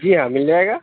جی ہاں مل جائے گا